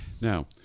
Now